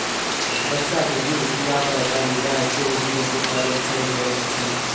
बच्चा के दूध पिआबैबाली गाय सेहो दूधक उत्पादन सही करैत छै